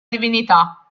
divinità